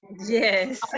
Yes